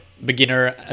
beginner